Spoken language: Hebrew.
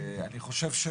אני חושב,